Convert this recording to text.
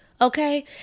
Okay